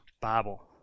Bible